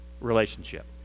relationship